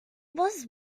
was